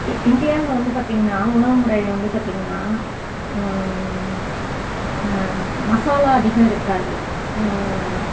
இ இந்தியானு வந்து பார்த்திங்கன்னா உணவுமுறை வந்து பார்த்திங்கன்னா மசாலா அதிகம் இருக்காது